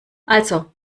also